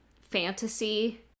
fantasy